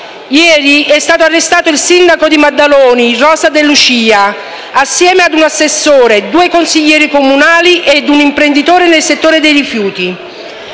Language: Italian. Ieri estato arrestato il sindaco di Maddaloni Rosa De Lucia, assieme ad un assessore, due consiglieri comunali un imprenditore nel settore dei rifiuti.